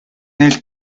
nel